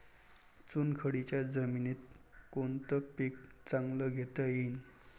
चुनखडीच्या जमीनीत कोनतं पीक चांगलं घेता येईन?